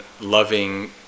loving